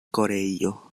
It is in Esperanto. koreio